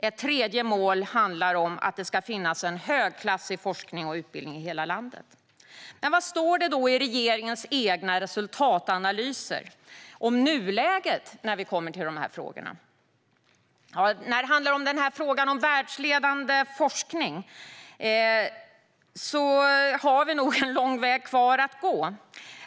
Ett tredje mål handlar om att det ska finnas en högklassig forskning och utbildning i hela landet. Vad står det då i regeringens egna resultatanalyser om nuläget när vi kommer till dessa frågor? När det gäller världsledande forskning har vi nog en lång väg kvar att gå.